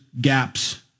gaps